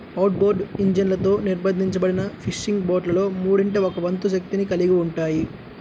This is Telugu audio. ఔట్బోర్డ్ ఇంజన్లతో నిర్బంధించబడిన ఫిషింగ్ బోట్లలో మూడింట ఒక వంతు శక్తిని కలిగి ఉంటాయి